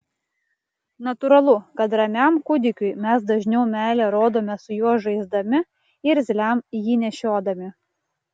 natūralu kad ramiam kūdikiui mes dažniau meilę rodome su juo žaisdami irzliam jį nešiodami